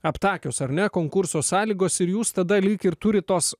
aptakios ar ne konkurso sąlygos ir jūs tada lyg ir turit tos